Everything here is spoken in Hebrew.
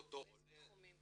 לאותו עולה --- באילו תחומים?